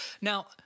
Now